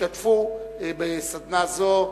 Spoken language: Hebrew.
השתתפו בסדנה זו.